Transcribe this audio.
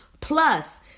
plus